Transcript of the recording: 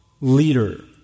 leader